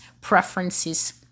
preferences